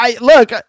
look